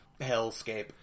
hellscape